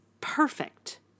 perfect